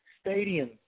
Stadium